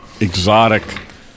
exotic